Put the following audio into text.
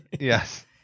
Yes